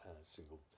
single